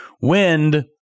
Wind